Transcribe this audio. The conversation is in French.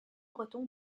breton